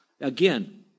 Again